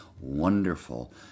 wonderful